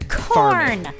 corn